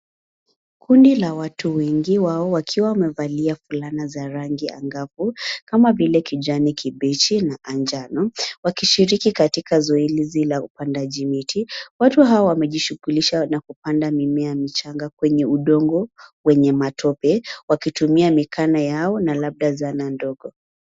Kundi la watu wengi wao wakiwa wamevalia fulana za rangi angavu, kama vile kijani kibichi na njano, wakishiriki katika zoezi la upandaji miti. Watu hawa wamejishughulisha na kupanda mimea michanga kwenye udongo wenye matope wakitumia mikono yao na labda zana ndogo.